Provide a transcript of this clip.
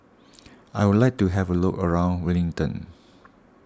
I would like to have a look around Wellington